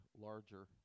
larger